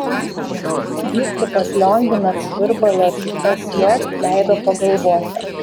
vyskupas lionginas virbalas sj leido pagalvoti